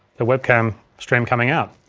the webcam stream coming out.